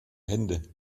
hände